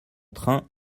train